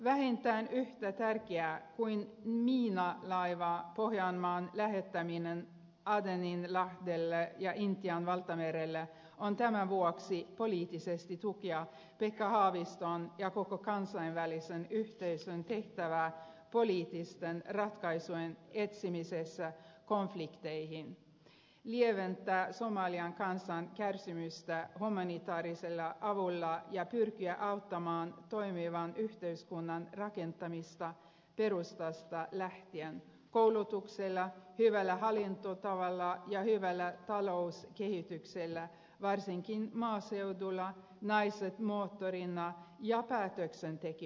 vähintään yhtä tärkeää kuin miinalaiva pohjanmaan lähettäminen adeninlahdelle ja intian valtamerelle on tämän vuoksi poliittisesti tukea pekka haaviston ja koko kansainvälisen yhteisön tehtävää poliittisten ratkaisujen etsimisessä konflikteihin lieventää somalian kansan kärsimystä humanitaarisella avulla ja pyrkiä auttamaan toimivan yhteiskunnan rakentamista perustasta lähtien koulutuksella hyvällä hallintotavalla ja hyvällä talouskehityksellä varsinkin maaseudulla naiset moottoreina ja päätöksentekijöinä